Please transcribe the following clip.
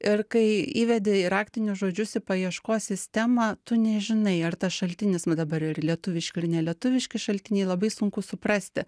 ir kai įvedi raktinius žodžius į paieškos sistemą tu nežinai ar tas šaltinis va dabar ir lietuviški ir nelietuviški šaltiniai labai sunku suprasti